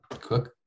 cook